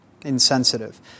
insensitive